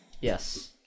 Yes